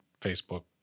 Facebook